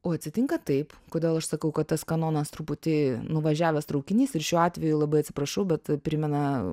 o atsitinka taip kodėl aš sakau kad tas kanonas truputį nuvažiavęs traukinys ir šiuo atveju labai atsiprašau bet primena